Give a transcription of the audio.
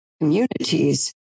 communities